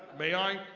may i,